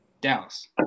Dallas